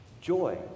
joy